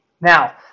Now